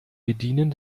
bedienen